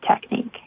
technique